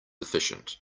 efficient